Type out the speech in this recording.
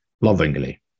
lovingly